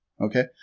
okay